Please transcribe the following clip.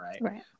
right